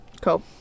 Cool